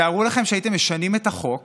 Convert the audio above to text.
תארו לכם שהייתם משנים את החוק